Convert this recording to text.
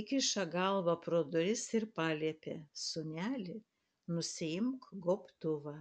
įkiša galvą pro duris ir paliepia sūneli nusiimk gobtuvą